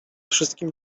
wszystkim